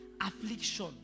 affliction